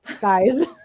guys